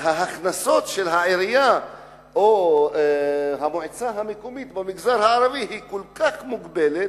לכן ההכנסות של העירייה או המועצה המקומית במגזר הערבי כל כך מוגבלת,